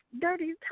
dirty